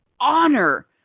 honor